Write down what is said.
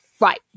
right